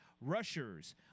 rushers